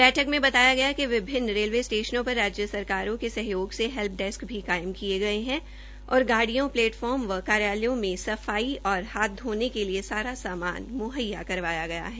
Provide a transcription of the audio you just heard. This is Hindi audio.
बैठक में बताया गया कि विभिन्न रेलवे स्टेशनों पर राजय सरकारों के सहयोग से हैल्प डेस्क भी कायम किये गये है और गाडियों प्लेटफार्म एवं कार्यालयों मे सफाई और हाथ धोने के लिए सारा सामान मुहैया करवाया गया है